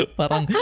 parang